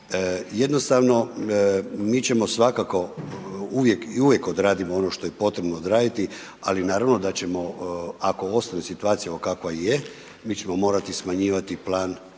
Jednostavno, mi ćemo svakako uvijek, i uvijek odradimo ono što je potrebno odraditi, ali naravno da ćemo, ako ostane situacija, evo kakva je, mi ćemo morati smanjivati plan